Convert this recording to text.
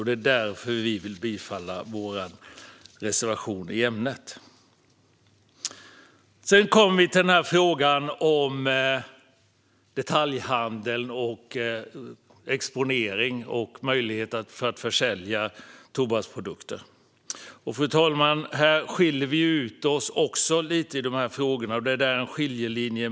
Det är därför som jag vill yrka bifall till vår reservation i ämnet. Sedan kommer jag till frågan om detaljhandel, exponering och möjlighet att försälja tobaksprodukter. Här, fru talman, skiljer vi också ut oss, och här finns det en skiljelinje.